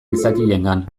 gizakiengan